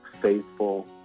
faithful